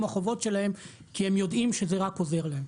החובות שלהם כי הם יודעים שזה רק עוזר להם,